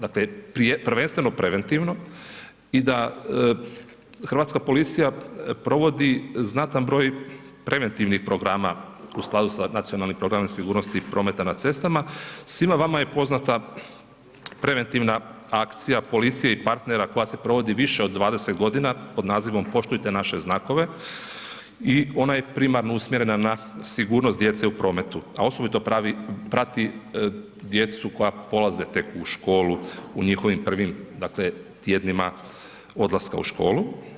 Dakle, prvenstveno preventivno i da hrvatska policija provodi znatan broj preventivnih programa u skladu sa nacionalnim programom sigurnosti prometa na cestama, svima vama je poznata preventivna akcija policije i partnera koja se provodi više od 20 godina pod nazivom Poštujte naše znakove i ona je primarno usmjerena na sigurnost djece u prometu, a osobito prati djecu koja polaze tek u školu, u njihovim prvim dakle, tjednima odlaska u školu.